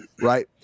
Right